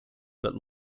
but